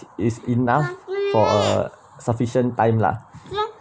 is enough for a sufficient time lah